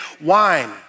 wine